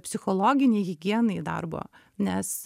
psichologinei higienai darbo nes